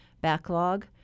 backlog